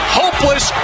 hopeless